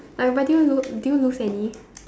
alright but did you lose did you lose any